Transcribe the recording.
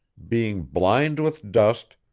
being blind with dust,